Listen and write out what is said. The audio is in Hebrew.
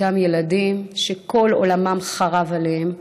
אותם ילדים שכל עולמם חרב עליהם,